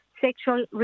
Sexual